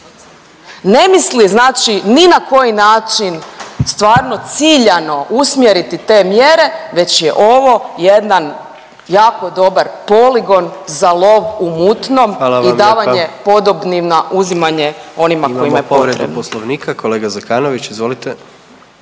Ne misli znači ni na koji način stvarno ciljano usmjeriti te mjere, već je ovo jedan jako dobar poligon za lov u mutnom i davanje podobnima, uzimanje onima kojima je potrebno.